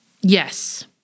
Yes